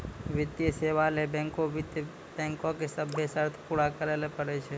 वित्तीय सेवा लै लेली वित्त बैंको के सभ्भे शर्त पूरा करै ल पड़ै छै